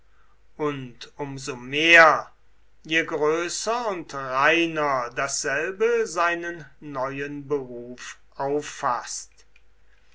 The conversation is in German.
und um so mehr je größer und reiner dasselbe seinen neuen beruf auffaßt